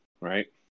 right